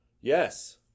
Yes